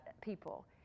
people